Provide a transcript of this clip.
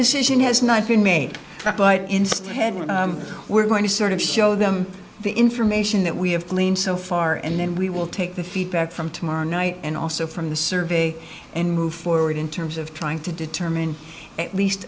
decision has not been made but instead what we're going to sort of show them the information that we have gleaned so far and then we will take the feedback from tomorrow night and also from the survey and move forward in terms of trying to determine at least